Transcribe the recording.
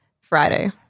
Friday